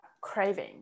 craving